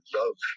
love